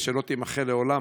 ושלא תימחה לעולם,